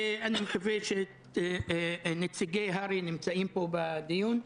ואני מקווה שנציגי הר"י נמצאים פה בדיון.